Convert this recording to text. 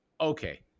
okay